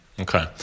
Okay